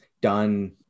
done